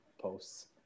posts